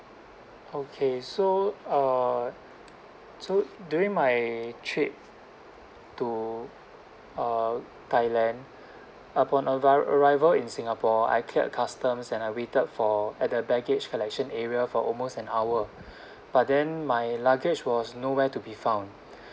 okay so uh so during my trip to uh thailand upon arri~ arrival in singapore I cleared customs and I waited for at the baggage collection area for almost an hour but then my luggage was nowhere to be found